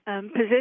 position